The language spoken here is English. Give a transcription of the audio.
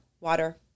water